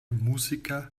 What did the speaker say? musiker